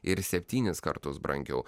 ir septynis kartus brangiau